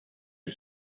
who